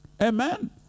Amen